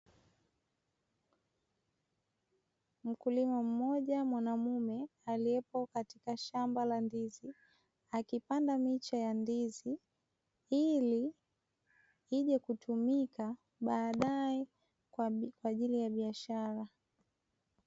Mkulima mmoja mwanaume, aliyepo katika shambala la ndizi akipanda miche ya ndizi ili ije kutumika baadaye kwa ajili ya biashara.